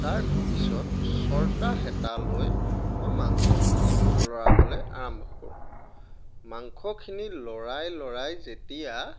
তাৰপিছত চৰ্তা হেতা লৈ মই মাংসখিনি লৰাবলৈ আৰম্ভ কৰোঁ মাংসখিনি লৰাই লৰাই যেতিয়া